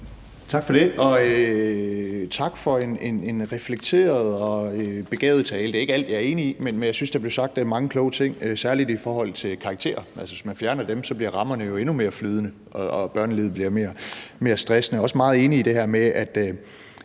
Tak for det. Og tak for en reflekteret og begavet tale. Det er ikke alt, jeg er enig i, men jeg synes, der blev sagt mange kloge ting, særlig i forhold til karakterer – altså at hvis man fjerner dem, bliver rammerne jo endnu mere flydende, og børnelivet bliver mere stressende. Jeg er også meget enig i det her med, at